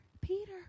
Peter